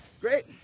Great